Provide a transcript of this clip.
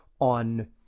on